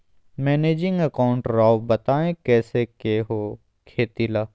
Managing account राव बताएं कैसे के हो खेती ला?